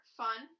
fun